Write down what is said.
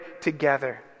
together